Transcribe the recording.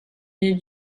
des